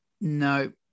No